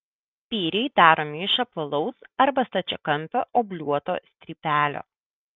spyriai daromi iš apvalaus arba stačiakampio obliuoto strypelio